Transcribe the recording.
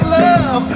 love